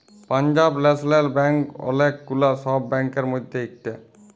Punjab National Bank ওলেক গুলা সব ব্যাংকের মধ্যে ইকটা